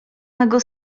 mego